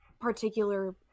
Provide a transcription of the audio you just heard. particular